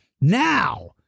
Now